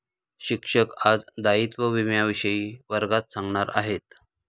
शिक्षक आज दायित्व विम्याविषयी वर्गात सांगणार आहेत